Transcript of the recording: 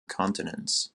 continents